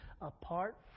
apart